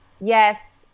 yes